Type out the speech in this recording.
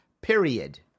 period